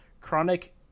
chronic